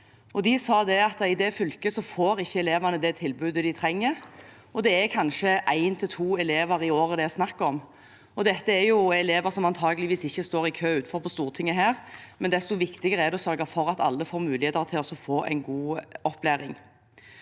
De sa at i det fylket får ikke elevene det tilbudet de trenger. Det er kanskje én til to elever i året det er snakk om. Dette er elever som antakeligvis ikke står i kø utenfor Stortinget, og desto viktigere er det å sørge for at alle får muligheten til å få en god opplæring.